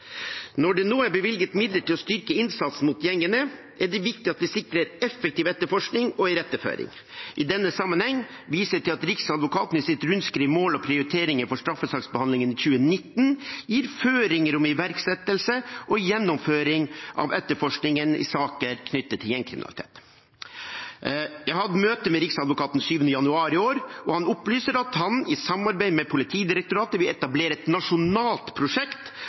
Når det nå er bevilget midler til å styrke innsatsen mot gjengene, er det viktig at vi sikrer effektiv etterforskning og iretteføring. I denne sammenheng viser jeg til at Riksadvokaten i sitt rundskriv Mål og prioriteringer for straffesaksbehandlingen 2019 gir føringer om iverksettelse og gjennomføring av etterforskningen i saker knyttet til gjengkriminalitet. Jeg har hatt møte med riksadvokaten 7. januar i år, og han opplyser at han, i samarbeid med Politidirektoratet, vil etablere et nasjonalt prosjekt